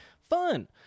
fun